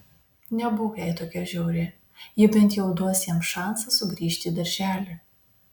nebūk jai tokia žiauri ji bent jau duos jiems šansą sugrįžti į darželį